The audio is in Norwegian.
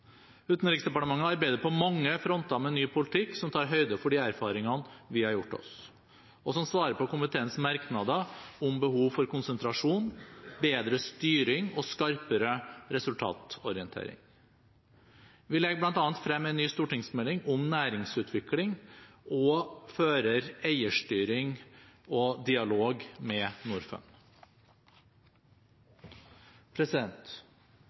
Utenriksdepartementet arbeider på mange fronter med ny politikk som tar høyde for de erfaringene vi har gjort oss, og som svarer på komiteens merknader om behov for konsentrasjon, bedre styring og skarpere resultatorientering. Vi legger bl.a. frem en ny stortingsmelding om næringsutvikling og fører eierstyring og dialog med